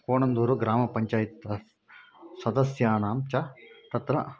कोणन्दूरुग्रामपञ्चायत् सदस्यानां च तत्र